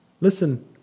listen